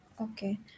Okay